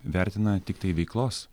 vertina tiktai veiklos